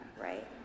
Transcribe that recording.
right